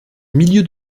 milieu